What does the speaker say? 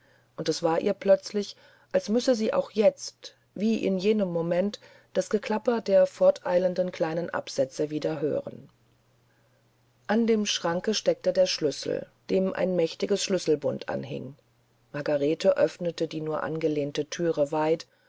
und es war ihr plötzlich als müsse sie auch jetzt wie in jenem moment das geklapper der forteilenden kleinen absätze wieder hören an dem schranke steckte der schlüssel dem ein mächtiges schlüsselbund anhing margarete öffnete die nur angelehnte thüre weiter